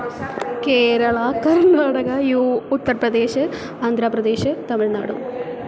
केरळा कर्नाडका यू उत्तरप्रदेशः आन्ध्रप्रदेशः तमिळ्नाडु